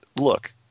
look